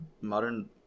Modern